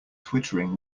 twittering